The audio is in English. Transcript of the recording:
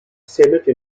senate